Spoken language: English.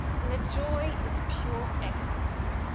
and joy is pure ecstasy.